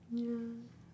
ya